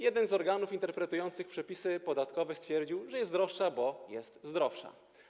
Jeden z organów interpretujących przepisy podatkowe stwierdził, że jest droższa, bo jest zdrowsza.